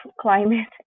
climate